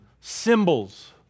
symbols